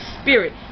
spirit